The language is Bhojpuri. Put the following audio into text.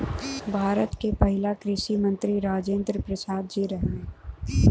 भारत के पहिला कृषि मंत्री राजेंद्र प्रसाद जी रहने